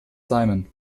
simon